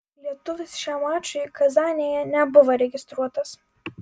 lietuvis šiam mačui kazanėje nebuvo registruotas